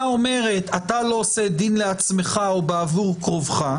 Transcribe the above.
אומרת: אתה לא עושה דין לעצמך או בעבור קרובך.